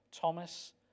Thomas